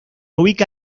ubica